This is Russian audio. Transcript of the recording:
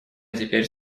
теперь